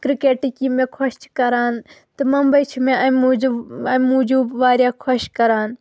کِرٛکٮ۪ٹٕکۍ یِم مےٚ خۄش چھِ کَران تہٕ ممبَے چھِ مےٚ اَمہِ موٗجوٗب اَمہِ موٗجوٗب واریاہ خۄش کَران